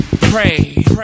pray